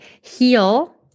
heal